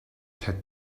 had